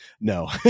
no